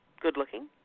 good-looking